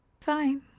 Fine